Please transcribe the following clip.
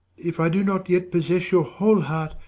if i do not yet possess your whole heart,